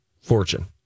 fortune